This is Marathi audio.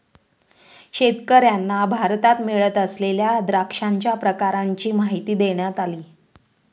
शेतकर्यांना भारतात मिळत असलेल्या द्राक्षांच्या प्रकारांची माहिती देण्यात आली